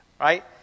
right